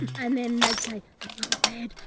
and then they'd say and you're red.